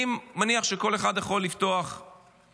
אני מניח שכל אחד יכול לפתוח מילון,